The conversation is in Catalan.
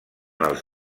els